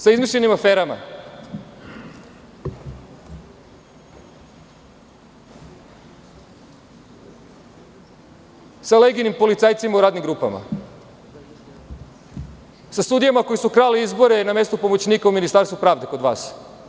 Sa izmišljenim aferama, sa Legijinim policajcima u radnim grupama, sa sudijama koji su krali izbore na mestu pomoćnika u Ministarstvu pravde kod vas.